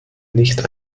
nicht